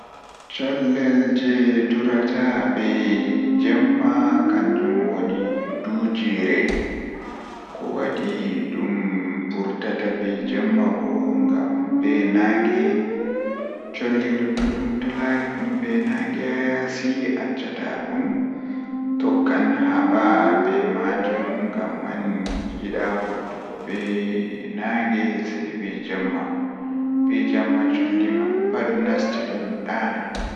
Chollel je durata be Jemma kanjum woni duujiire, ko waɗi ɗum vurtaata be Jemma bo ngam be naagae cholli luttuɗum to laari ɗum be naage ha yaasi accataa ɗum tokkan haba be maajum ngam man yiɗa vurtugo be naage se be Jemma, be Jemma cholli man pat nasti ɗon ɗaana.